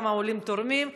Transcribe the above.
כמה העולים תורמים.